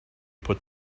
put